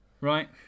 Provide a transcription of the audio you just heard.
Right